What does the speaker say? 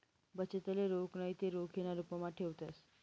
बचतले रोख नैते रोखीना रुपमा ठेवतंस